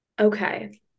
okay